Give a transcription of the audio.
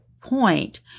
point